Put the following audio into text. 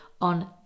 on